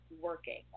working